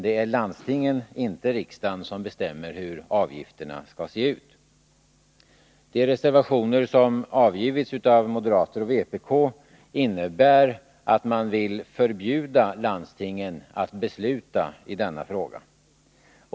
Det är landstingen, inte riksdagen, som bestämmer hur avgifterna skall se ut. De reservationer som avgivits av moderater och vpk innebär att man vill förbjuda landstingen att besluta i denna fråga.